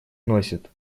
носит